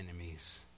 enemies